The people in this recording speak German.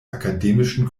akademischen